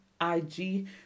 IG